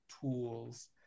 tools